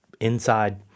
inside